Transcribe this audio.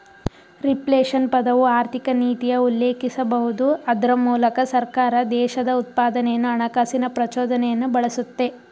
reflation ಪದವು ಆರ್ಥಿಕನೀತಿಯ ಉಲ್ಲೇಖಿಸಬಹುದು ಅದ್ರ ಮೂಲಕ ಸರ್ಕಾರ ದೇಶದ ಉತ್ಪಾದನೆಯನ್ನು ಹಣಕಾಸಿನ ಪ್ರಚೋದನೆಯನ್ನು ಬಳಸುತ್ತೆ